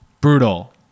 brutal